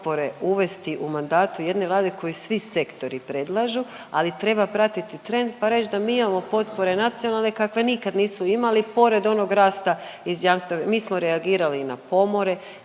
potpore uvesti u mandatu jedne Vlade koju svi sektori predlažu, ali treba pratiti trend pa reći da mi imamo potpore nacionalne kakve nikad nisu imali pored onog rasta iz jamstava, mi smo reagirali na komore,